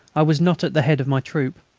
i was not at the head of my troop.